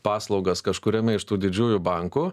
paslaugas kažkuriame iš tų didžiųjų bankų